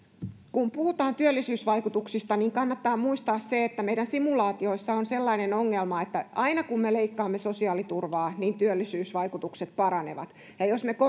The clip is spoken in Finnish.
kun puhutaan työllisyysvaikutuksista niin kannattaa muistaa se että meidän simulaatioissamme on sellainen ongelma että aina kun me leikkaamme sosiaaliturvaa niin työllisyysvaikutukset paranevat ja jos me korotamme